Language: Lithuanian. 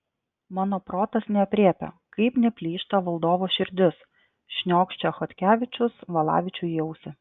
mano protas neaprėpia kaip neplyšta valdovo širdis šniokščia chodkevičius valavičiui į ausį